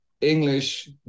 English